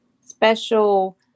special